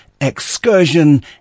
excursion